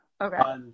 Okay